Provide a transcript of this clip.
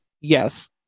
Yes